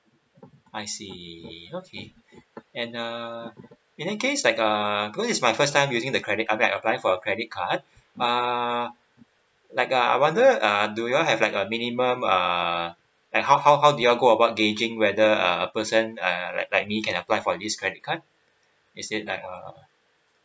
I see okay and uh in that case like uh cause it's my first time using the credit I mean I apply for a credit card err like uh I wonder uh do your have like a minimum uh like how how how do your go about gauging whether uh a person uh like like me can apply for this credit card is it like err